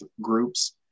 groups